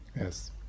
Yes